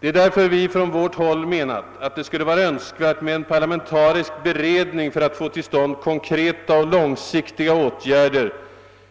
Det är därför som vi från vårt håll menar att det skulle vara önskvärt med en parlamentarisk beredning för att få till stånd konkreta och långsiktiga åtgärder